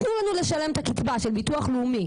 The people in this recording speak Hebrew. תנו לנו לשלם את הקצבה של ביטוח לאומי,